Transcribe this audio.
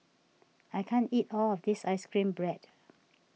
I can't eat all of this Ice Cream Bread